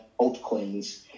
altcoins